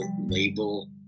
label